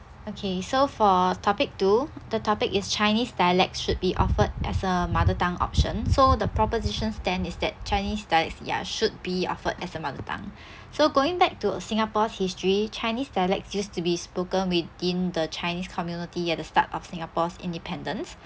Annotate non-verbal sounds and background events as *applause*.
okay so for topic two the topic is chinese dialects should be offered as a mother tongue option so the proposition stand is that chinese dialects ya should be offered as a mother tongue *breath* so going back to singapore's history chinese dialect used to be spoken within the chinese community at the start of singapore's independence